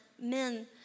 Men